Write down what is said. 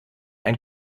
ein